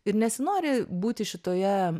ir nesinori būti šitoje